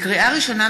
לקריאה ראשונה,